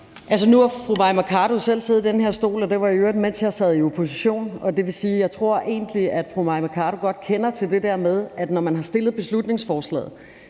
Nu har fru Mai Mercado selv siddet i den her stol, og det var i øvrigt, mens jeg sad i opposition, og det vil sige, at jeg egentlig tror, at fru Mai Mercado godt kender til det der med, at når man har fremsat beslutningsforslaget,